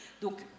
Donc